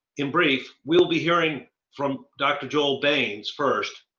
in brief, we will be hearing from dr. joel baines first,